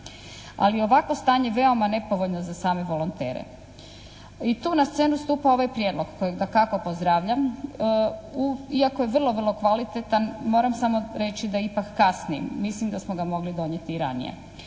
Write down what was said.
Ali ovakvo stanje je veoma nepovoljno za same volontere i tu na scenu stupa ovaj prijedlog kojeg dakako pozdravljam iako je vrlo, vrlo kvalitetan moram samo reći da ipak kasni. Mislim da smo ga ipak mogli donijeti i ranije.